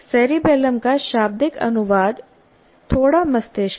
cerebellum का शाब्दिक अनुवाद थोड़ा मस्तिष्क है